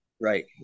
Right